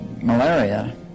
malaria